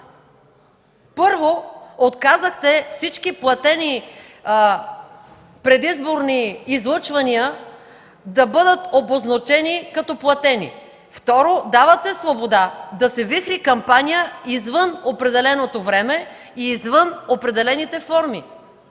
Първо, отказахте всички платени предизборни излъчвания да бъдат обозначени като платени. Второ, давате свобода да се вихри кампания извън определеното време и извън определените форми.